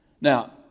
Now